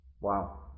Wow